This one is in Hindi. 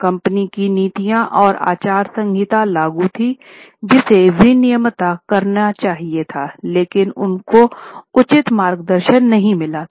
कंपनी की नीतियां और आचार संहिता लागू थी जिसे विनियमित करना चाहिए था लेकिन उनको उचित मार्गदर्शन नहीं मिला था